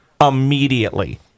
immediately